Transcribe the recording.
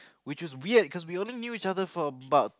which was weird because we only knew each other for about